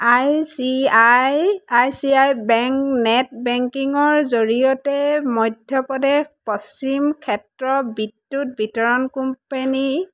I C I I C I bank net বেংকিঙৰ জৰিয়তে মধ্যপ্ৰদেশ পশ্চিম ক্ষেত্ৰ বিদ্যুৎ বিতৰণ কোম্পেনী